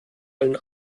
allen